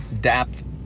depth